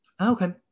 Okay